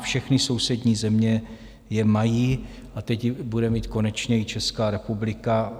Všechny sousední země je mají a teď ji bude mít konečně i Česká republika.